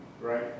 Right